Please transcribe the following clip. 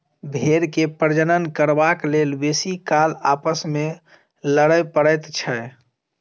भेंड़ के प्रजनन करबाक लेल बेसी काल आपस मे लड़य पड़ैत छै